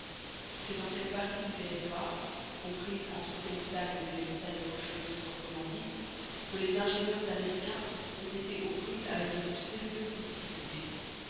c'est dans cette partie du territoire comprise entre ces montagnes et les montagnes rocheuses proprement dites que les ingénieurs américains ont été aux prises avec les plus sérieuses difficultés